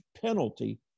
penalty